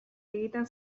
egiten